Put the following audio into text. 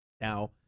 Now